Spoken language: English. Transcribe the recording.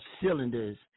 cylinders